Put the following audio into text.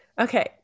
Okay